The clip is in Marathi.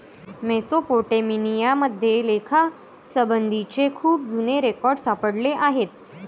मेसोपोटेमिया मध्ये लेखासंबंधीचे खूप जुने रेकॉर्ड सापडले आहेत